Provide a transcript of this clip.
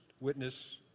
witness